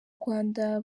rwanda